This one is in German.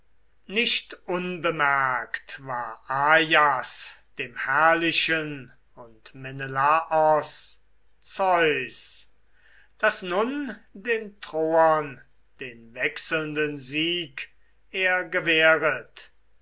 nicht unbemerkt war ajas dem herrlichen und menelaos zeus daß nun den troern den wechselnden sieg er gewähret